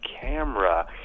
camera